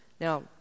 Now